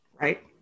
Right